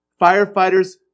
Firefighters